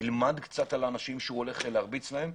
ילמד קצת על האנשים שהוא הולך להרביץ להם,